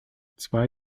zwei